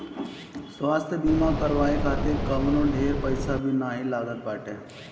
स्वास्थ्य बीमा करवाए खातिर कवनो ढेर पईसा भी नाइ लागत बाटे